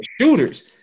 shooters